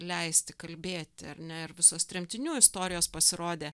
leisti kalbėti ar ne ir visos tremtinių istorijos pasirodė